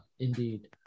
indeed